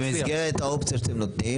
במסגרת האופציות שאתם נותנים,